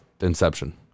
inception